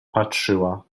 patrzyła